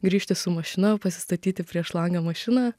grįžti su mašina pasistatyti prieš langą mašiną